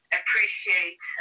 appreciate